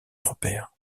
repère